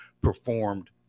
performed